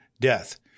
death